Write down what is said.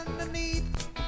underneath